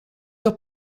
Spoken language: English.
your